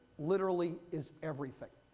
literally, is everything.